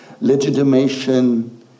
legitimation